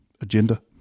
agenda